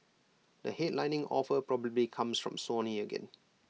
the headlining offer probably comes from Sony again